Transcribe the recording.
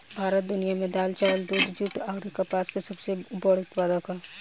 भारत दुनिया में दाल चावल दूध जूट आउर कपास के सबसे बड़ उत्पादक ह